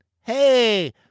Hey